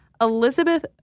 Elizabeth